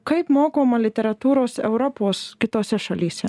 kaip mokoma literatūros europos kitose šalyse